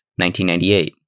1998